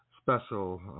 special